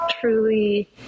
truly